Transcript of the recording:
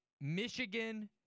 Michigan